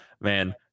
man